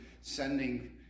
sending